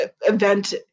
event